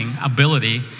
ability